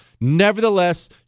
Nevertheless